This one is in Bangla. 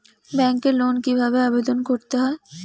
ব্যাংকে লোন কিভাবে আবেদন করতে হয়?